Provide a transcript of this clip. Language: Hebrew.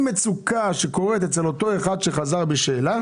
מצוקה שקורית אצל אותו אחד שחזר בשאלה,